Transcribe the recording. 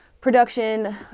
production